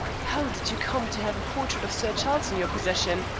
how did you come to have a portrait of sir charles in your possession?